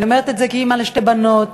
ואני אומרת את זה כאימא לשתי בנות,